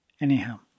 Anyhow